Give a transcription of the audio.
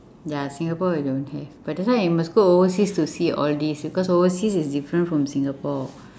ya singapore we don't have but that's why we must go overseas to see all these because overseas is different from singapore